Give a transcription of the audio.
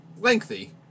lengthy